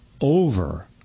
over